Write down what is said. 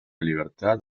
libertad